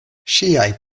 ŝiaj